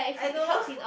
I don't know